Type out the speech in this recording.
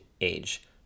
age